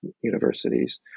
universities